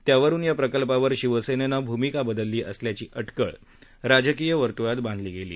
त्यावरून या प्रकल्पावर शिवसेनं भूमिका बदलली असल्याची अटकळ राजकीय वर्तृळात बांधली गेली